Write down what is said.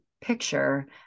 picture